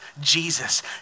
Jesus